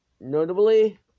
notably